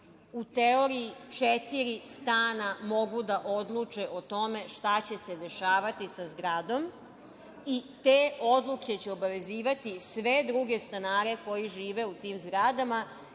u teoriji četiri stana mogu da odluče o tome šta će se dešavati sa zgradom i te odluke će obavezivati sve druge stanare koji žive u tim zgradama.